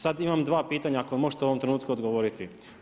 Sada imam dva pitanja ako mi možete u ovom trenutku odgovoriti.